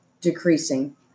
decreasing